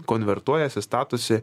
konvertuojasi statosi